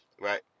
Right